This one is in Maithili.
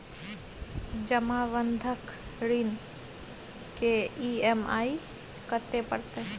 जमा बंधक ऋण के ई.एम.आई कत्ते परतै?